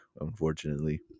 unfortunately